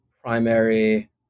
primary